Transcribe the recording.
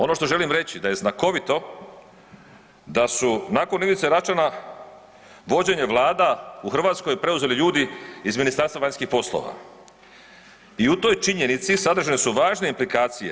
Ono što želim reći da je znakovito da su nakon Ivice Račana vođenje vlada u Hrvatskoj preuzeli ljudi iz Ministarstva vanjskih poslova i u toj činjenici sadržane su važne implikacije.